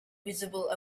visible